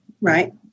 right